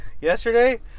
Yesterday